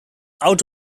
out